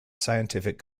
scientific